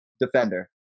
defender